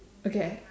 okay